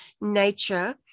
nature